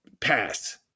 pass